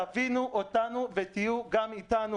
תבינו אותנו ותהיו גם אתנו,